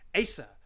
Asa